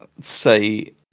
say